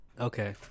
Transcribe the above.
Okay